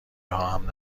راهم